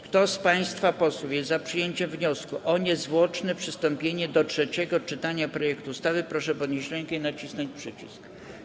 Kto z państwa posłów jest za przyjęciem wniosku o niezwłoczne przystąpienie do trzeciego czytania projektu ustawy, proszę podnieść rękę i nacisnąć przycisk.